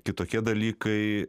kitokie dalykai